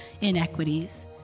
inequities